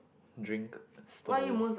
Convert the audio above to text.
drink stall